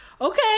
okay